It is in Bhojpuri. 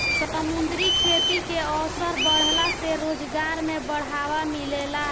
समुंद्री खेती के अवसर बाढ़ला से रोजगार में बढ़ावा मिलेला